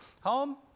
home